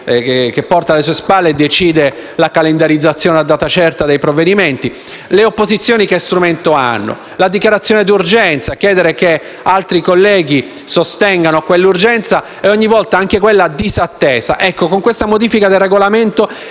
che porta alle sue spalle, decide la calendarizzazione a data certa dei provvedimenti. Le opposizioni che strumenti hanno? La dichiarazione d'urgenza, cioè chiedere che altri colleghi sostengano quell'urgenza e ogni volta anche quella viene disattesa. Ebbene, con questa modifica del Regolamento